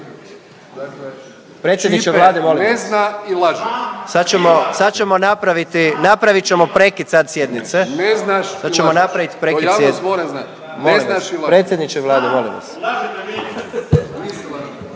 Predsjedniče Vlade hvala vam.